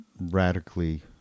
radically